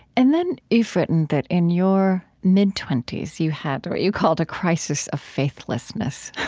and then you've written that in your mid twenty s, you had what you called a crisis of faithlessness.